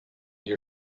your